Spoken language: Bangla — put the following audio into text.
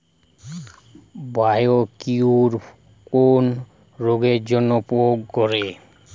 বায়োকিওর কোন রোগেরজন্য প্রয়োগ করে?